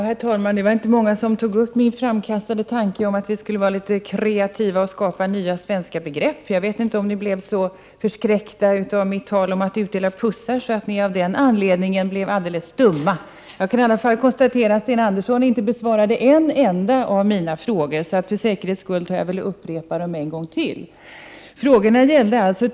Herr talman! Det var inte många som tog upp min framkastade tanke om att vi skulle vara litet kreativa och skapa nya svenska begrepp. Jag vet inte om ni blev så förskräckta av mitt tal om att utdela pussar att ni av den anledningen blev alldeles stumma. I alla fall kan jag konstatera att Sten Andersson inte besvarade en enda av mina frågor, så för säkerhets skull upprepar jag dem.